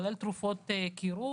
כולל תרופות קירור,